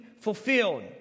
fulfilled